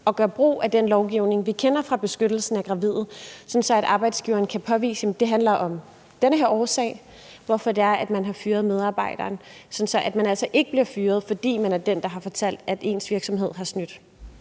at gøre brug af den lovgivning, vi kender fra beskyttelsen af gravide, sådan at arbejdsgiveren kan påvise, at det handler om en bestemt årsag for, hvorfor man har fyret medarbejderen, og sådan at man altså ikke bliver fyret, fordi man er den, der har fortalt, at ens virksomhed har snydt.